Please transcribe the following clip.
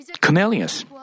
Cornelius